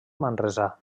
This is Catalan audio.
manresà